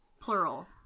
plural